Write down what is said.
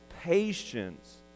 patience